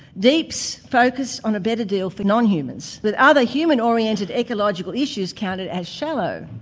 deeps focus on a better deal for non-humans with other human-oriented ecological issues counted as shallow.